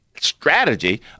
strategy